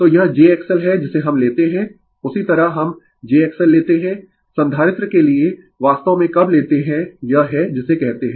तो यह jXL है जिसे हम लेते है उसी तरह हम jXL लेते है संधारित्र के लिए वास्तव में कब लेते है यह है जिसे कहते है